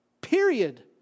period